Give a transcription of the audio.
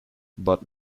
but